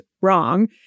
wrong